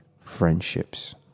friendships